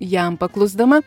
jam paklusdama